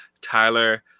Tyler